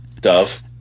Dove